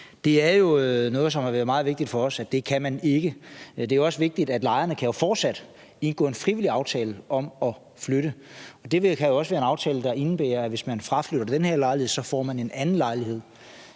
Det er jo noget, som er meget vigtigt for os, altså at det kan man ikke. Men det er jo også vigtigt, at lejerne fortsat kan indgå en frivillig aftale om at flytte. For det kan jo også være en aftale, der indebærer, at hvis man fraflytter den ene lejlighed, får man en anden lejlighed.